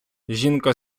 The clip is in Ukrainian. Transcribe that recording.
жінка